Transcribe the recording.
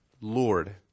Lord